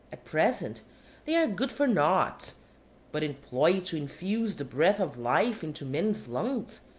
at present they are good-for-noughts but employed to infuse the breath of life into men's lungs,